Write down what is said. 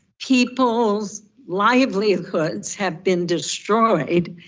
people's livelihoods have been destroyed.